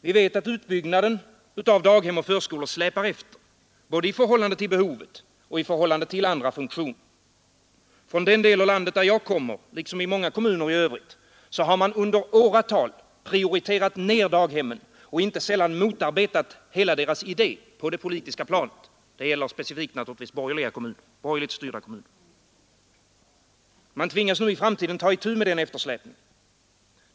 Vi vet att utbyggnaden av daghem och förskolor släpar efter både i förhållande till behovet och i förhållande till andra funktioner. I den del av landet varifrån jag kommer, liksom i många kommuner i övrigt har man under åratal satt daghemmen i efterhand och inte sällan motarbetat deras hela idé på det politiska planet. Detta gäller naturligtvis specifikt borgerligt styrda kommuner. Man tvingas i framtiden ta itu med den eftersläpningen.